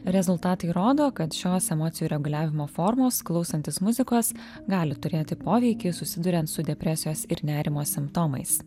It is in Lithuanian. rezultatai rodo kad šios emocijų reguliavimo formos klausantis muzikos gali turėti poveikį susiduriant su depresijos ir nerimo simptomais